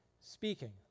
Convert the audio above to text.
speaking